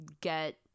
get